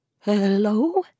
Hello